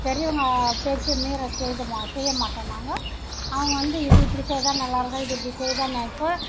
பெரியவங்க பேச்சை மீற செய்து செய்யமாட்டோம் நாங்கள் அவங்க வந்து இது இப்படி செய்தால் நல்லாயிருக்கும் இது இப்படி செய்தால் நல்லாயிருக்குனு